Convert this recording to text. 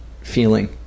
Feeling